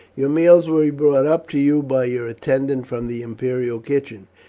your meals will be brought up to you by your attendant from the imperial kitchen.